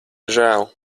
žēl